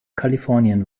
kalifornien